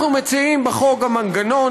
אנחנו מציעים בחוק גם מנגנון,